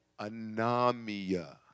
Anamia